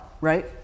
Right